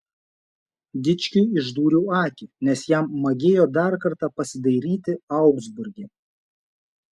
dičkiui išdūriau akį nes jam magėjo dar kartą pasidairyti augsburge